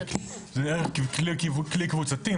זה כלי קבוצתי.